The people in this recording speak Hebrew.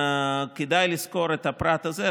כדאי לזכור את הפרט הזה,